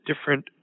different